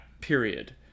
period